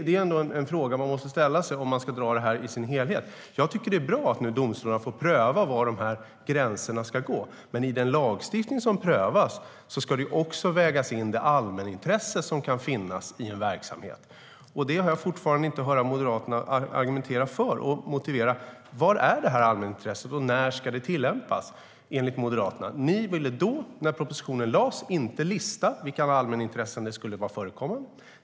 Det är en fråga man måste ställa sig om man ska se på helheten. Jag tycker att det är bra att domstolarna får pröva var gränserna ska gå. Men i den lagstiftning som prövas ska man också väga in det allmänintresse som kan finnas i en verksamhet. Jag har fortfarande inte hört Moderaterna argumentera för och motivera vad det här allmänintresset är och när det ska tillämpas. När propositionen lades fram ville ni inte lista vilka allmänintressen som skulle förekomma.